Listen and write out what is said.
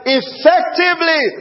effectively